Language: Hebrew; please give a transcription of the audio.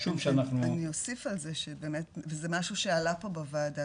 אני אוסיף על זה שבאמת וזה משהו שעלה פה בוועדה,